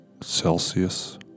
Celsius